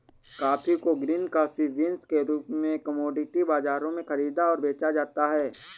coffee को green coffee beans के रूप में कॉमोडिटी बाजारों में खरीदा और बेचा जाता है